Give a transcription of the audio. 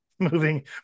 moving